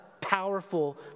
powerful